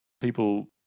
people